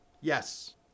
Yes